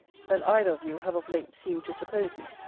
than either of you have of late seemed to suppose me.